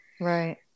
Right